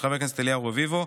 של חבר הכנסת אליהו רביבו,